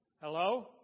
Hello